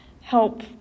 help